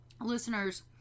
Listeners